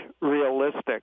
realistic